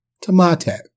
Tomato